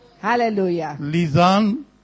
Hallelujah